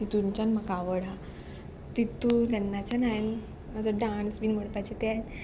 तितूंतल्यान म्हाका आवड आहा तितू केन्नाच्यान हांवें म्हाजो डांस बीन म्हणपाचें ते हांवें